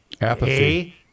Apathy